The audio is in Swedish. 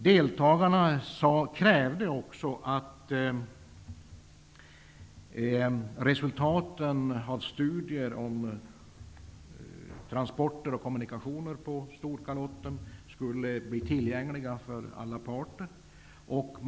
Deltagarna krävde också att resultaten av studier om transporter och kommunikationer på Storkalotten skulle bli tillgängliga för alla parter.